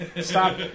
Stop